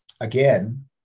again